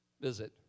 visit